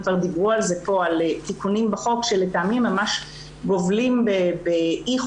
דיברו פה על תיקונים בחוק שלטעמי הם ממש גובלים באי חוקיות,